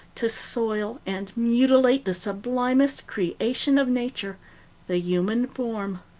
to soil and mutilate the sublimest creation of nature the human form.